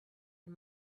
and